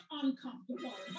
uncomfortable